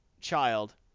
child